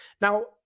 now